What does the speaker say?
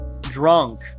drunk